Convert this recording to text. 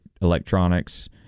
electronics